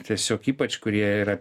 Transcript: tiesiog ypač kurie yra